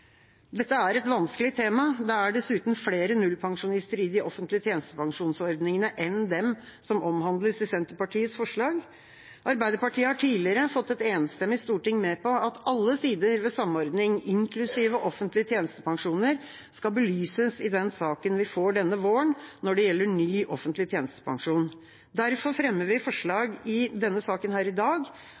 Dette er et vanskelig tema. Det er dessuten flere nullpensjonister i de offentlige tjenestepensjonsordningene enn dem som omhandles i Senterpartiets forslag. Arbeiderpartiet har tidligere fått et enstemmig storting med på at alle sider ved samordning, inklusive offentlige tjenestepensjoner, skal belyses i den saken vi får denne våren når det gjelder ny offentlig tjenestepensjon. Derfor fremmer vi forslag i dag om at den saken